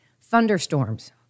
Thunderstorms